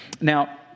Now